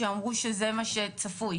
שהם אמרו שזה מה שצפוי.